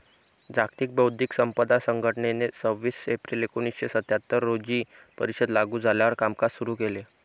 जागतिक बौद्धिक संपदा संघटनेने सव्वीस एप्रिल एकोणीसशे सत्याहत्तर रोजी परिषद लागू झाल्यावर कामकाज सुरू केले